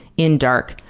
in dark,